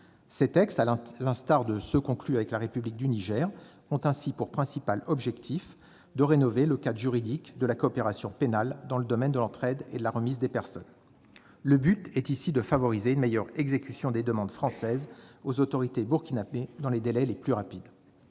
Ces textes, comme ceux qui ont été conclus avec la République du Niger, ont ainsi pour principal objectif de rénover le cadre juridique de la coopération pénale dans le domaine de l'entraide et de la remise des personnes. Le but est ici de favoriser une meilleure exécution des demandes françaises aux autorités burkinabées, dans des délais plus rapides.